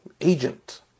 agent